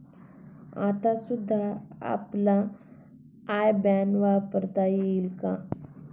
आता सुद्धा आपला आय बॅन वापरता येईल का?